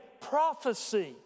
prophecy